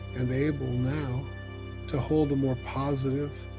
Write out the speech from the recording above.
and able now to hold a more positive,